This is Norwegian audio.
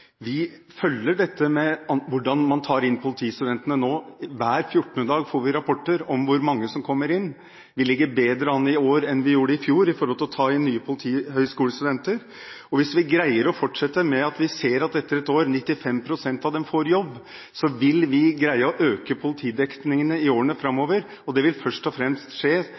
vi følger dette med hvordan man tar inn politistudentene nå. Hver fjortende dag får vi rapporter om hvor mange som kommer inn. Vi ligger bedre an i år enn vi gjorde i fjor med hensyn til å ta inn nye politihøyskolestudenter. Hvis vi greier å fortsette med det og vi ser at etter et år får 95 pst. av dem jobb, vil vi greie å øke politidekningen i årene framover. Det vil først og fremst skje